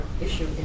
issue